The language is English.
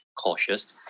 cautious